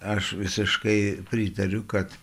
aš visiškai pritariu kad